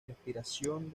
respiración